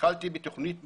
התחלתי בתוכנית מתאר,